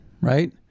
right